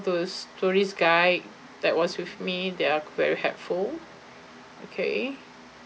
those tourist guide that was with me they are very helpful okay